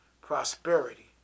prosperity